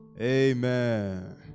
amen